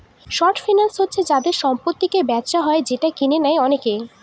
short finance হচ্ছে যাতে সম্পত্তিকে বেচা হয় যেটা কিনে নেয় অনেকে